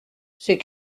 c’est